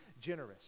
generous